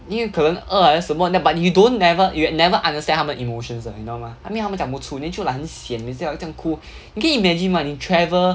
因为可能饿还是什么 then but you don't never you never understand 他们 emotions 你懂为什么吗 I mean 他们讲不出 then 就 like 很闲你可以 imagine mah 你 travel